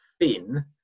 thin